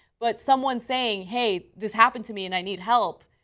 but someone saying, hey this happened to me and i need help,